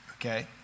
okay